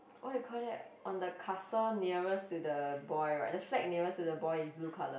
what do you call that on the castle nearest to the boy right the flag nearest to the boy is blue color